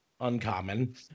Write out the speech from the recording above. uncommon